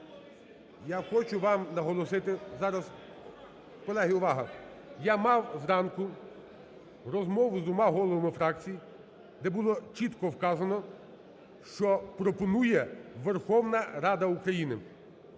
Я хочу вам наголосити зараз. Колеги, увага! Я мав зранку розмову з двома головами фракцій, де було чутко вказано, що пропонує Верховна Рада України.